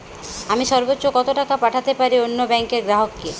আমি সর্বোচ্চ কতো টাকা পাঠাতে পারি অন্য ব্যাংকের গ্রাহক কে?